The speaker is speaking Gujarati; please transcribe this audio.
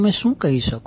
તો તમે શું કહી શકો